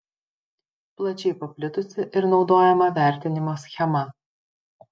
plačiai paplitusi ir naudojama vertinimo schema